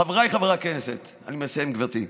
חבריי חברי הכנסת, אני מסיים, גברתי,